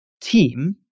team